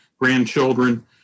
grandchildren